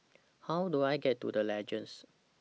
How Do I get to The Legends